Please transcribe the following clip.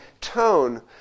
tone